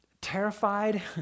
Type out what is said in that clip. terrified